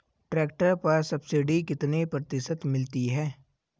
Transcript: Tractor पर subsidy कितने प्रतिशत मिलती है?